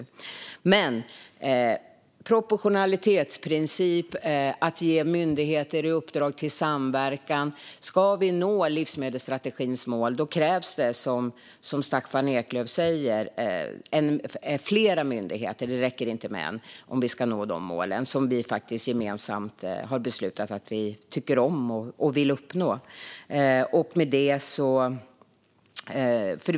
När det gäller proportionalitetsprincipen och att ge myndigheter i uppdrag att samverka krävs det, som Staffan Eklöf säger, flera myndigheter. Det räcker inte med en om vi ska nå de mål som vi gemensamt beslutat om och vill uppnå.